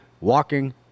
walking